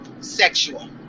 sexual